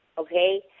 Okay